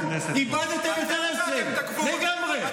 איבדתם את הרסן לגמרי.